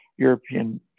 European